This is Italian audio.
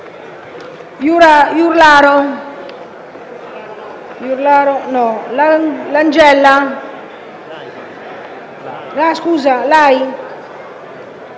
Langella,